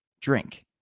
drink